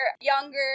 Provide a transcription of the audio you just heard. younger